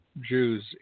Jews